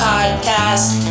Podcast